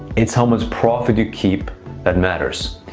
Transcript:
it's how much profit you keep that matters.